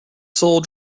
sole